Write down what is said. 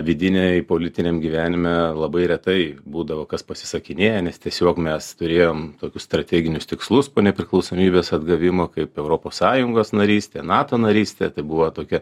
vidiniai politiniam gyvenime labai retai būdavo kas pasisakinėja nes tiesiog mes turėjom tokius strateginius tikslus po nepriklausomybės atgavimo kaip europos sąjungos narystė nato narystė tai buvo tokia